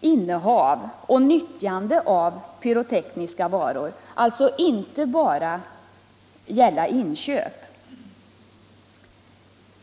innehav och nyttjande av pyrotekniska varor — det gäller alltså inte bara inköp.